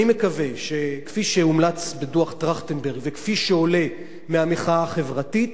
אני מקווה שכפי שהומלץ בדוח-טרכטנברג וכפי שעולה מהמחאה החברתית,